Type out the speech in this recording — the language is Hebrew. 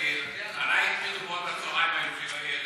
כי עלי הקפידו מאוד היום בצהריים.